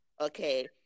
Okay